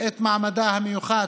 את מעמדה המיוחד,